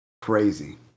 crazy